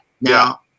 Now